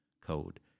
code